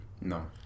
No